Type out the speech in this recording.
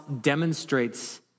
demonstrates